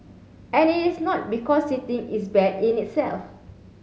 and it is not because sitting is bad in itself